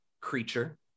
creature